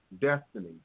destiny